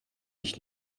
ich